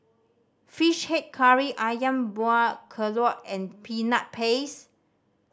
Fish Head Curry Ayam Buah Keluak and Peanut Paste